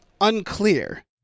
unclear